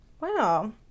Wow